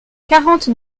quarante